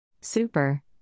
Super